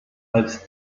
als